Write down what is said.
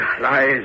lies